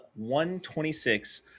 126